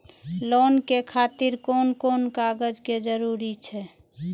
Loan के खातिर कोन कोन कागज के जरूरी छै?